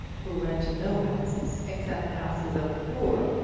who went to no houses except the houses of the poor,